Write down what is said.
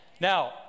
Now